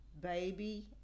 baby